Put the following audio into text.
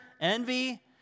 envy